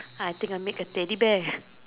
I think I make a Teddy bear